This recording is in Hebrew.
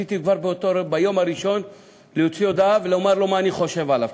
רציתי כבר ביום הראשון להוציא הודעה ולומר לו מה אני חושב עליו,